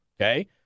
okay